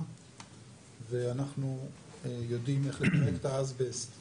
ואנחנו יודעים איך --- את האסבסט